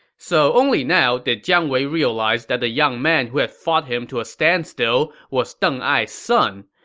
so only now did jiang wei realize that the young man who had fought him to a standstill was deng ai's son.